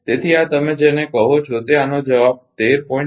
તેથી આ તમે જેને કહો છો તે આનો જવાબ 13